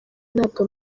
ntabwo